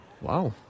Wow